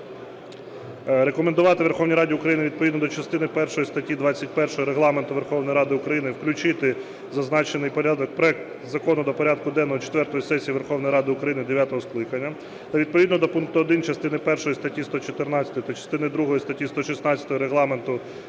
рекомендувати Верховній Раді України відповідно до частини першої статті 21 Регламенту Верховної Ради включити зазначений проект Закону до порядку денного четвертої сесії Верховної Ради України дев'ятого скликання, та відповідно до пункту 1 частини першої статті 114 та частини другої статті 116 Регламенту